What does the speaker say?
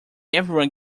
everyone